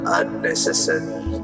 unnecessary